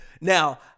Now